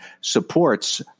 supports